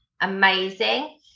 amazing